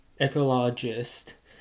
ecologist